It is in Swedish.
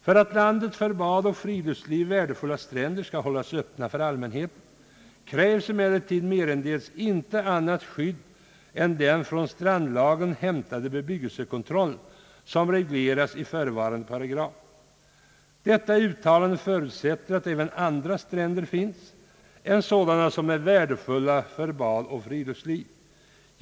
För att landets för bad och friluftsliv värdefulla stränder skall hållas öppna för allmänheten krävs emellertid merendels inte annat skydd än den från strandlagen hämtade bebyggelsekontroll som regleras i förevarande paragraf.» Detta uttalande förutsätter att det även finns andra stränder än sådana som är av värde för bad och friluftsliv.